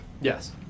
Yes